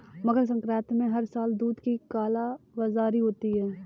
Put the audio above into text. मकर संक्रांति में हर साल दूध की कालाबाजारी होती है